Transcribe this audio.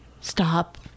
Stop